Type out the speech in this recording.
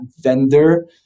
vendor